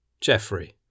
Jeffrey